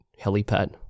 helipad